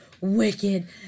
Wicked